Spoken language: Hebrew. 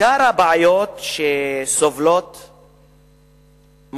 הבעיות העיקריות שמועצות אלה סובלות מהן,